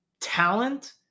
talent